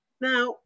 Now